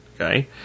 okay